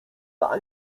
dla